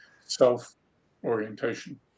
self-orientation